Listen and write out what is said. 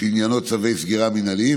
שעניינו צווי סגירה מינהליים,